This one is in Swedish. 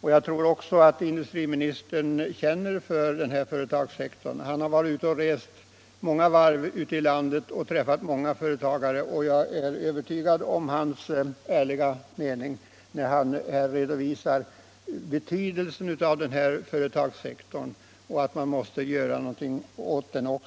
Jag tror att industriministern känner varmt för denna företagssektor, eftersom han har rest omkring många varv ute i landet och träffat många företagare. Jag är också övertygad om hans ärliga mening när han redovisar betydelsen av den här företagssektorn och säger att man måste göra något åt den.